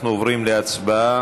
אנחנו עוברים להצבעה